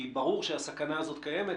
כי ברור שהסכנה הזאת קיימת,